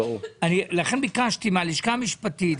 לכן ביקשתי מהלשכה המשפטית,